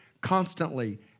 constantly